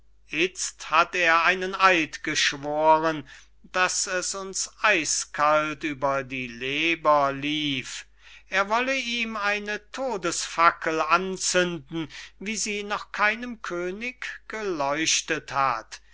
hat er einen eid geschworen daß es uns eiskalt über die leber lief er wolle ihm eine todesfackel anzünden wie sie noch keinem könig geleuchtet hat